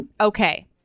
Okay